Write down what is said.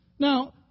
Now